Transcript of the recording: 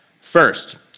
First